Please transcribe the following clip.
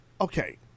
Okay